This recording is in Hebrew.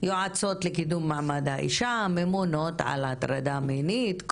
יועצות לקידום מעמד האישה, ממונות על הטרדה מינית.